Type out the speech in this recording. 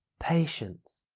patience,